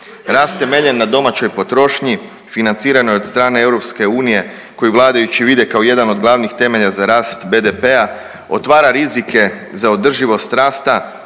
Raste temeljen na domaćoj potrošnji financiranoj od strane EU koji vladajući vide kao jedan od glavnih temelja za rast BDP-a otvara rizike za održivost rasta